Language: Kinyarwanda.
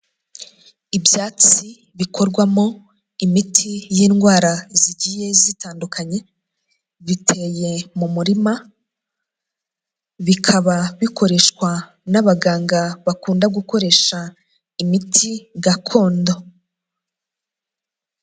Ibyatsi bikorwamo imiti y'indwara zigiye zitandukanye biteye mu murima, bikaba bikoreshwa n'abaganga bakunda gukoresha imiti gakondo.